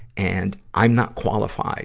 and i'm not qualified